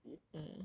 below sixty